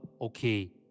Okay